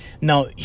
now